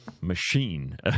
machine